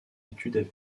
études